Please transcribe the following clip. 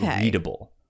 readable